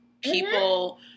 people